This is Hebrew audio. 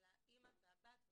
של האמא והבת,